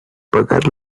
pagar